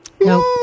Nope